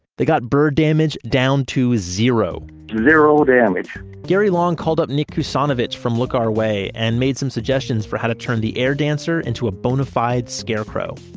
they got bird damage down two zero zero damage gary long called up nick kusanovich from look our way and made some suggestions for how to turn the air dancer into a bona-fide scarecrow.